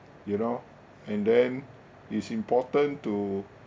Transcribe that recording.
you know and then it's important to